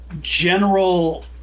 general